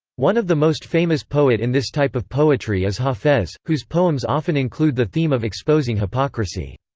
one of the most famous poet in this type of poetry is hafez, whose poems often include the theme of exposing hypocrisy.